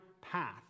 path